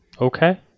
Okay